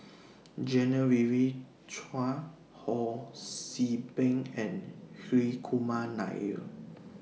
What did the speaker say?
Genevieve Chua Ho See Beng and Hri Kumar Nair